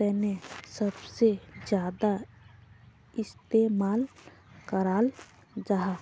तने सबसे ज्यादा इस्तेमाल कराल जाहा